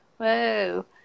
Whoa